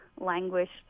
languished